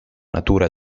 natura